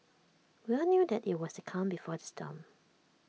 we all knew that IT was the calm before the storm